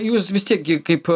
jūs vis tiek gi kaip